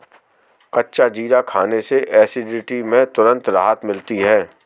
कच्चा जीरा खाने से एसिडिटी में तुरंत राहत मिलती है